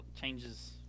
changes